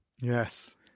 Yes